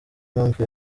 mpamvu